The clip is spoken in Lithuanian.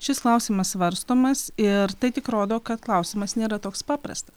šis klausimas svarstomas ir tai tik rodo kad klausimas nėra toks paprastas